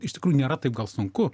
iš tikrųjų nėra taip gal sunku